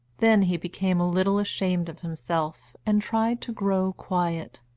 then he became a little ashamed of himself and tried to grow quiet,